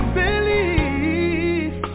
believe